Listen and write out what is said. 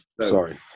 sorry